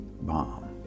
bomb